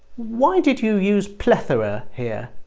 why did you use plethora here